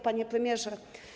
Panie Premierze!